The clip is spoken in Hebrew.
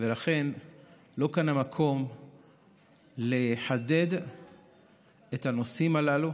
ולכן לא כאן המקום לחדד את הנושאים הללו,